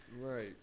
Right